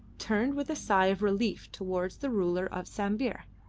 turned with a sigh of relief towards the ruler of sambir.